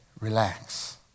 relax